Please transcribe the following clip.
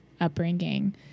upbringing